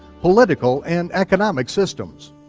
political, and economic systems.